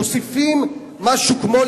מוסיפים משהו כמו,